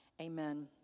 amen